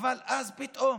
ואז פתאום